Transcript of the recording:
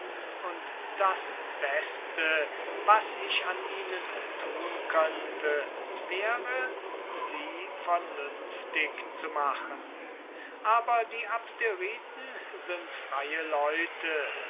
und das beste was ich an ihnen tun könnte wäre sie klug zu machen aber die abderiten sind freie leute